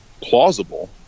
plausible